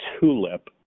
tulip